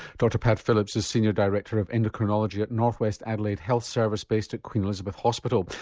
dr pat phillips is senior director of endocrinology at north west adelaide health service based at queen elizabeth hospital.